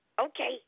Okay